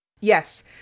Yes